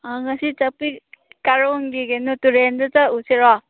ꯉꯁꯤ ꯆꯥꯛꯄꯤ ꯀꯥꯔꯣꯡꯒꯤ ꯑꯩꯅꯣ ꯇꯨꯔꯦꯟꯗꯨ ꯆꯠꯂꯨꯁꯤꯔꯣ